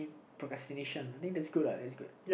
procrastination I think that's good lah that's good